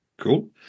Cool